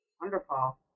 Wonderful